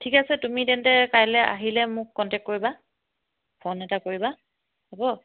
ঠিক আছে তুমি তেন্তে কাইলে আহিলে মোক কণ্টেক্ট কৰিবা ফোন এটা কৰিবা হ'ব